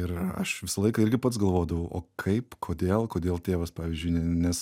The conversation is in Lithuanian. ir aš visą laiką irgi pats galvodavau o kaip kodėl kodėl tėvas pavyzdžiui nes